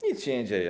Nic się nie dzieje.